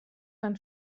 fan